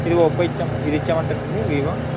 ఇది ఒప్పో ఇచ్చే ఇది ఇచ్చేయమంటారండి వివో